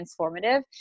transformative